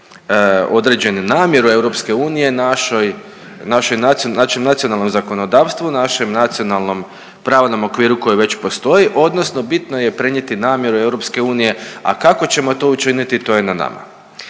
određenu namjeru EU našoj, našoj, našem nacionalnom zakonodavstvu, našem nacionalnom pravnom okviru koji već postoji odnosno bitno je prenijeti namjeru EU, a kako ćemo to učiniti to je na nama.